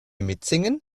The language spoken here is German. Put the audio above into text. mitsingen